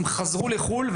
הן חזרו לחו"ל.